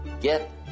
get